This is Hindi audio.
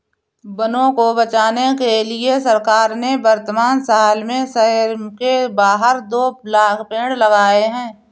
वनों को बचाने के लिए सरकार ने वर्तमान साल में शहर के बाहर दो लाख़ पेड़ लगाए हैं